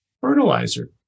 Fertilizer